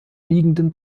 liegenden